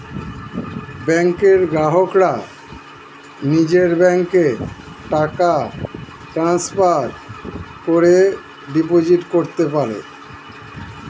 ব্যাংকের গ্রাহকরা নিজের ব্যাংকে টাকা ট্রান্সফার করে ডিপোজিট করতে পারে